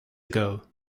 ago